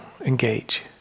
engage